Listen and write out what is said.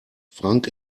frank